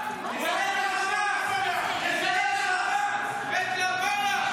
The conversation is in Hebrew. --- (חבר הכנסת איימן עודה יוצא מאולם המליאה.)